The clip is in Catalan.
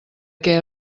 què